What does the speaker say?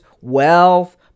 wealth